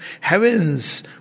heavens